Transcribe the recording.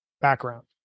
background